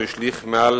הוא השליך מעל